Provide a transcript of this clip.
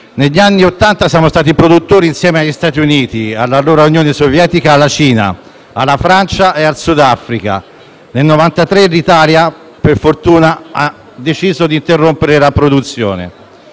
Negli anni Ottanta siamo stati produttori insieme agli Stati Uniti, all'allora Unione Sovietica, alla Cina, alla Francia e al Sudafrica. Nel 1993 l'Italia per fortuna ha deciso di interrompere la produzione.